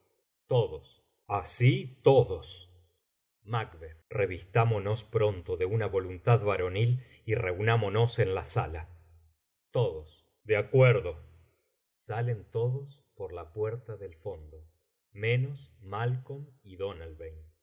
yo asi todos revistámonos pronto de una voluntadvaronil y reunámonos en la sala de acuerdo salen todos por la puerta del fondo menos malcolm y